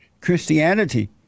Christianity